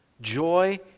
Joy